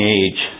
age